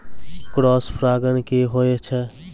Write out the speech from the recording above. Cross परागण की होय छै?